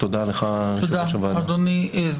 תודה לך אדוני יושב ראש הוועדה.